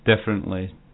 differently